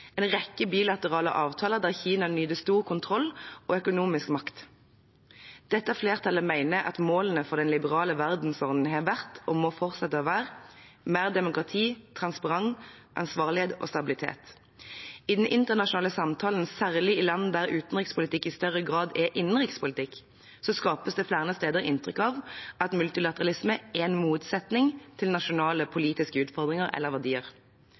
en rekke bilaterale avtaler der Kina nyter stor kontroll og økonomisk makt. Dette flertallet mener at målene for den liberale verdensordenen har vært og må fortsette å være mer demokrati, transparens, ansvarlighet og stabilitet. I den internasjonale samtalen, særlig i land der utenrikspolitikk i større grad er innenrikspolitikk, skapes det flere steder inntrykk av at multilateralisme er en motsetning til nasjonale politiske utfordringer eller verdier.